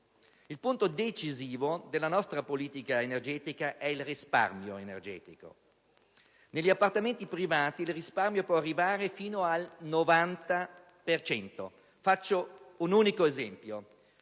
Il punto decisivo della nostra politica energetica é il risparmio energetico. Negli appartamenti privati il risparmio può arrivare fino al 90 per cento. Faccio un unico esempio: